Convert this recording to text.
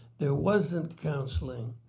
there wasn't counselling.